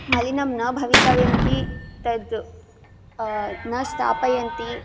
मलिनं न भवितव्यम् इति तद् न स्थापयन्ति